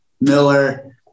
Miller